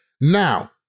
now